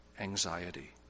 anxiety